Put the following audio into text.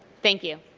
thank you.